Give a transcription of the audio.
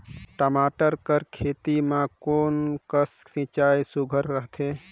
टमाटर कर खेती म कोन कस सिंचाई सुघ्घर रथे?